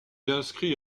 inscrit